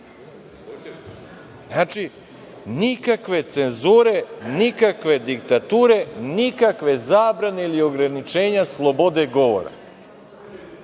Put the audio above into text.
Znači, nikakve cenzure, nikakve diktature, nikakve zabrane ili ograničenja slobode govora. Sad